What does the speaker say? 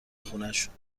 خونشون